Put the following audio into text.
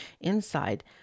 inside